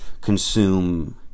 consume